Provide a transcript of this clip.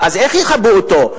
ואז איך יכבו אותו?